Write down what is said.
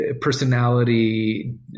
personality